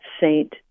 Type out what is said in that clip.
saint